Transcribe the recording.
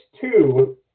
two